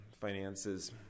finances